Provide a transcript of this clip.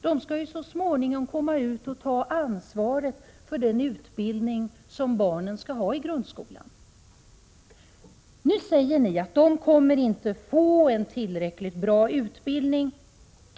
De skall ju så småningom komma ut och ta ansvaret för den utbildning som barnen skall ha i grundskolan. Nu säger ni att de inte kommer att få en tillräckligt bra utbildning.